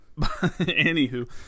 anywho